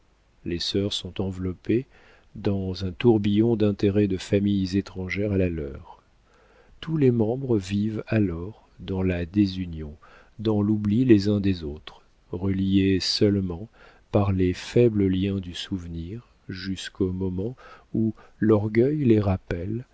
les sœurs sont enveloppées dans un tourbillon d'intérêts de familles étrangères à la leur tous les membres vivent alors dans la désunion dans l'oubli les uns des autres reliés seulement par les faibles liens du souvenir jusqu'au moment où l'orgueil les rappelle